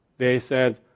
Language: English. they said,